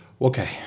okay